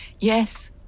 Yes